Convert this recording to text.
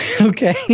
okay